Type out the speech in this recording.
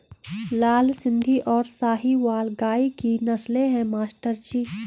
लाल सिंधी और साहिवाल गाय की नस्लें हैं मास्टर जी